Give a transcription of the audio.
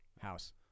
house